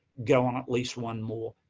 go on at least one more,